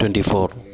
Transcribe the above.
twenty four